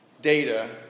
data